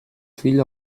fill